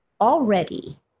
already